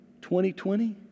2020